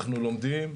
אנחנו לומדים,